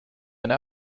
eine